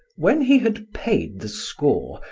when he had paid the score,